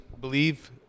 believe